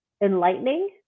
enlightening